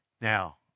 Now